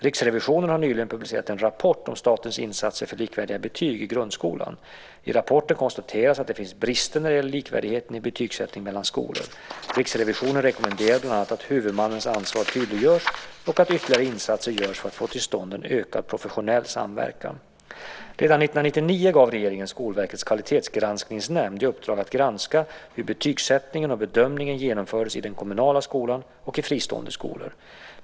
Riksrevisionen har nyligen publicerat en rapport om statens insatser för likvärdiga betyg i grundskolan. I rapporten konstateras att det finns brister när det gäller likvärdigheten i betygssättningen mellan skolor. Riksrevisionen rekommenderar bland annat att huvudmannens ansvar tydliggörs och att ytterligare insatser görs för att få till stånd en ökad professionell samverkan. Redan 1999 gav regeringen Skolverkets kvalitetsgranskningsnämnd i uppdrag att granska hur betygssättning och bedömning genomfördes i den kommunala skolan och i fristående skolor.